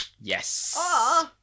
Yes